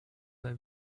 they